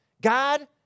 God